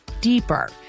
deeper